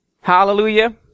Hallelujah